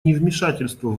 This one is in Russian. невмешательство